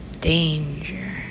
Danger